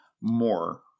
more